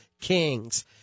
Kings